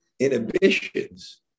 inhibitions